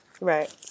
Right